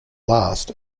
last